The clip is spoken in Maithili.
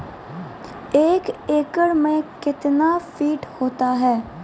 एक एकड मे कितना फीट होता हैं?